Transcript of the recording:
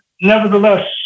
nevertheless